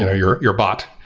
and your your bot.